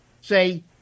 say